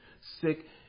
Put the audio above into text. sick